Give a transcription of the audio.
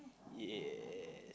ya